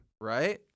Right